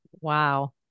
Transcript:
Wow